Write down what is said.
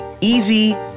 easy